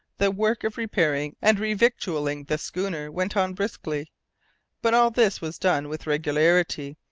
the work of repairing and re-victualling the schooner went on briskly but all this was done with regularity,